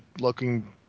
looking